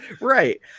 Right